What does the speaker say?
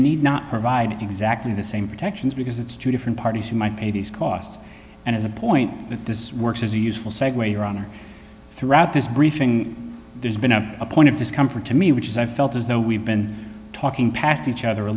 need not provide exactly the same protections because it's two different parties who might pay these costs and as a point that this works as a useful segue your honor throughout this briefing there's been a point of discomfort to me which is i felt as though we've been talking past each other a